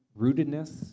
rootedness